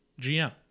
GM